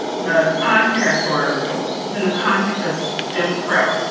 the context or within the context of jim crow.